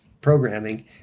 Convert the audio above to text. programming